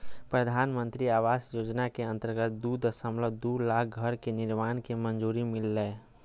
प्रधानमंत्री आवास योजना के अंतर्गत दू दशमलब दू लाख घर के निर्माण के मंजूरी मिललय